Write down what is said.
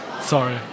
Sorry